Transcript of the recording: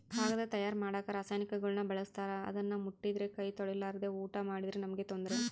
ಕಾಗದ ತಯಾರ ಮಾಡಕ ರಾಸಾಯನಿಕಗುಳ್ನ ಬಳಸ್ತಾರ ಅದನ್ನ ಮುಟ್ಟಿದ್ರೆ ಕೈ ತೊಳೆರ್ಲಾದೆ ಊಟ ಮಾಡಿದ್ರೆ ನಮ್ಗೆ ತೊಂದ್ರೆ